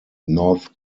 north